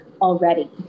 already